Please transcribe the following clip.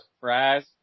Fries